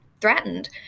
threatened